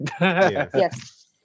yes